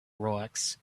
rocks